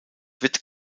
wird